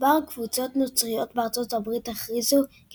מספר קבוצות נוצריות בארצות הברית הכריזו כי